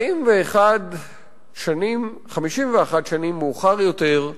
51 שנים מאוחר יותר,